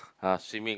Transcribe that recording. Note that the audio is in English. uh swimming